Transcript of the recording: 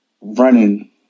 running